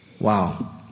Wow